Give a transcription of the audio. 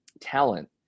talent